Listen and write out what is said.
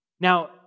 Now